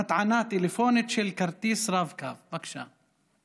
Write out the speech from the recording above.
הטענה טלפונית של כרטיס רב-קו, בבקשה.